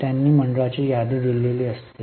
त्यांनी मंडळाची यादी दिली असती